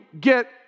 get